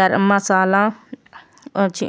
గరంమసాల వచ్చి